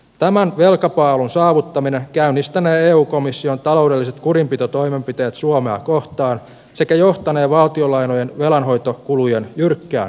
tämän velkapaalun saavuttaminen käynnistänee eu komission taloudelliset kurinpitotoimenpiteet suomea kohtaan sekä johtanee valtion lainojen velanhoitokulujen jyrkkään nousuun